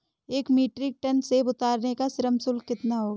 एक metric tonne सेव उतारने का श्रम शुल्क कितना होगा?